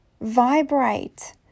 vibrate